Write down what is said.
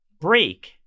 break